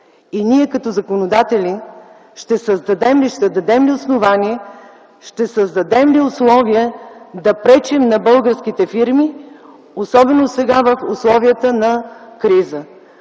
и ние като законодатели ще дадем ли основания, ще създадем ли условия да пречим на българските фирми особено сега, в условията на криза.